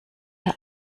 der